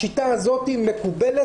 השיטה הזאת מקובלת,